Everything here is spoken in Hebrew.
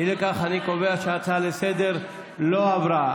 אי לכך, אני קובע שההצעה לסדר-היום לא עברה.